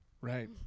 right